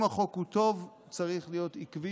אם החוק הוא טוב, צריך להיות עקבי